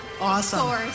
Awesome